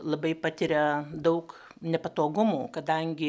labai patiria daug nepatogumų kadangi